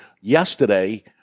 yesterday